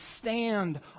stand